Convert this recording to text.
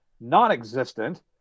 non-existent